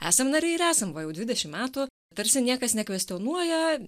esam nariai ir esam va jau dvidešim metų tarsi niekas nekvestionuoja